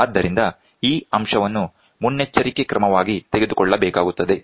ಆದ್ದರಿಂದ ಈ ಅಂಶವನ್ನು ಮುನ್ನೆಚ್ಚರಿಕೆ ಕ್ರಮವಾಗಿ ತೆಗೆದುಕೊಳ್ಳಬೇಕಾಗುತ್ತದೆ